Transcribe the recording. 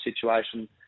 situation